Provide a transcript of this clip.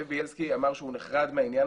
זאב ביילסקי אמר שהוא נחרד מהעניין